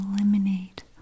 eliminate